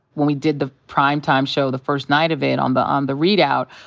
when we did the prime time show, the first night of it on the um the reidout,